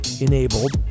enabled